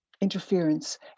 interference